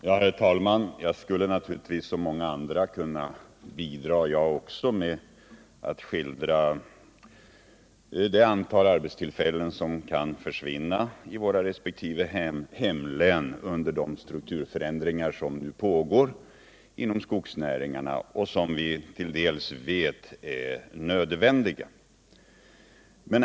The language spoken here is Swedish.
Herr talman! Också jag skulle naturligtvis som många andra kunna bidra med en skildring av det antal arbetstillfällen som kan försvinna i våra resp. hemlän under de strukturförändringar som nu pågår inom skogsnäringarna och som vi vet delvis är nödvändiga.